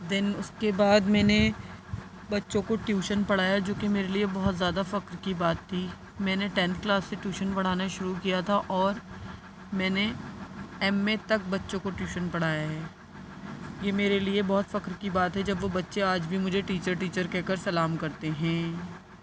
دین اس کے بعد میں نے بچوں کو ٹیوشن پڑھایا جو کہ میرے لیے بہت زیادہ فخر کی بات تھی میں نے ٹینتھ کلاس سے ٹیوشن پڑھانا شروع کیا تھا اور میں نے ایم اے تک بچوں کو ٹیوشن پڑھایا ہے یہ میرے لیے بہت فخر کی بات ہے جب وہ بچے آج بھی مجھے ٹیچر ٹیچر کہہ کر سلام کرتے ہیں